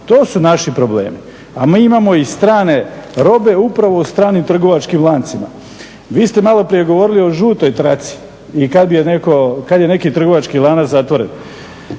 To su naši problemi. A i imamo i strane robe upravo u stranim trgovačkim lancima. Vi ste maloprije govorili o žutoj traci i kad je neki trgovački lanac zatvoren.